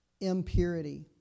Impurity